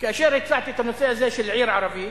כאשר הצעתי את הנושא הזה של עיר ערבית